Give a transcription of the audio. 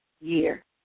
year